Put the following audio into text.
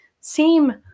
seem